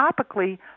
topically